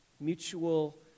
Mutual